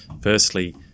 Firstly